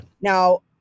Now